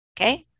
Okay